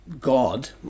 God